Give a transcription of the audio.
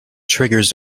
triggers